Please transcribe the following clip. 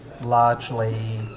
largely